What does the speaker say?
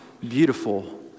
beautiful